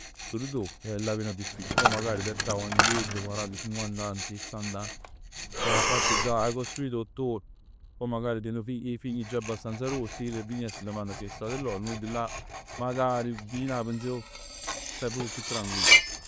Sul tu, là vene 'o difficile. Pò magari quant tien quarant, cinquant, sissant'ann che 'a fatt già, 'a costruito 'o tuoj, poj magari tien 'e figli, 'e figli già abbastanza gruoss e chill pigliano e se ne vanno p' 'e strade d' 'e loro, quindi là magari pigliano 'a pensione e staje pur chiù tranquill.